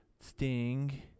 Sting